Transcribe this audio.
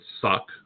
suck